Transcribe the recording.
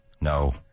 No